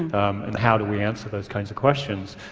um and how do we answer those kinds of questions?